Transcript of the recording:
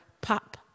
pop